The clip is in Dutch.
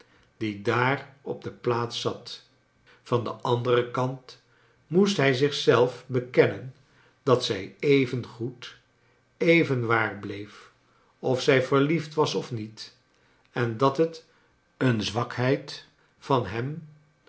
die daar op de plaats zat van den anderen kant moest hij zich zelf bekennen dat zij even goed even waar bleef of zij verliefd was of niet en dat het een zwakheid van hem